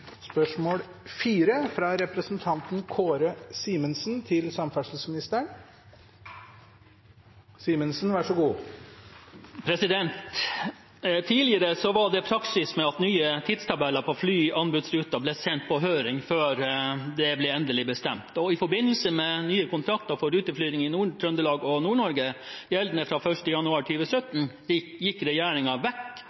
at nye tidstabeller på flyanbudsruter ble sendt på høring før de blir endelig bestemt. I forbindelse med nye kontrakter for ruteflygning i Nord-Trøndelag og Nord-Norge gjeldende fra 1. januar